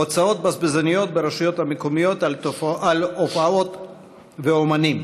הוצאות בזבזניות ברשויות המקומיות על הופעות ואומנים.